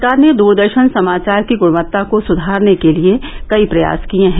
सरकार ने दूरदर्शन समाचार की गुणवत्ता को सुधारने के लिए कई प्रयास किये हैं